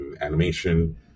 animation